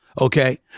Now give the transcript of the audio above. Okay